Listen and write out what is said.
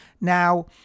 Now